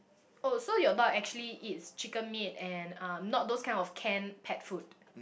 oh so your dog actually eats chicken meat and uh not those kind of can pet food